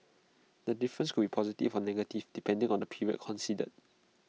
the difference could be positive or negative depending on the period considered